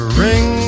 ring